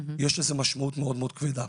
יש לזה משמעות מאוד כבדה.